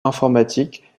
informatique